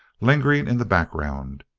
lingering in the background.